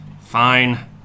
Fine